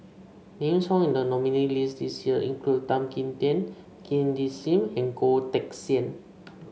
names found in the nominees' list this year include Tan Kim Tian Cindy Sim and Goh Teck Sian